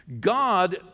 God